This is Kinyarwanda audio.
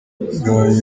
bigabanya